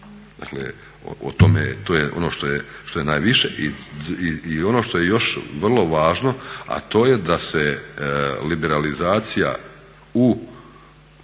Dakle, o tome, to je ono što je najviše i ono što je još vrlo važno, a to je da se liberalizacija u